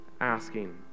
asking